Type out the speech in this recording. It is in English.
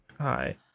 Hi